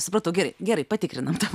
suprantau gerai gerai patikrinam dabar